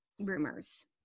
rumors